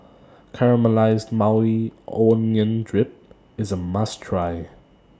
Caramelized Maui Onion Dip IS A must Try